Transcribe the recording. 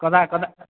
कदा कदा